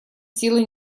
силы